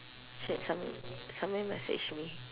shit some~ somebody messaged me